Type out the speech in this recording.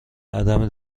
عدم